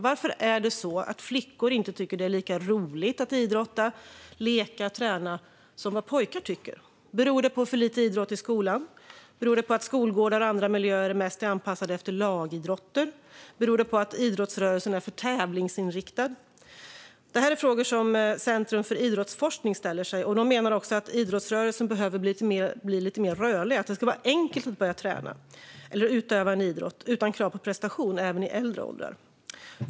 Varför tycker inte flickor att det är lika roligt att idrotta, leka och träna som pojkar tycker? Beror det på för lite idrott i skolan? Beror det på att skolgårdar och andra miljöer mest är anpassade efter lagidrotter? Beror det på att idrottsrörelsen är för tävlingsinriktad? Det här är frågor som Centrum för idrottsforskning ställer sig. De menar också att idrottsrörelsen behöver bli lite mer rörlig. Det ska vara enkelt att börja träna eller utöva en idrott utan krav på prestation, även i äldre åldrar.